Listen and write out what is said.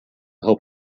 help